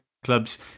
Clubs